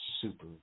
super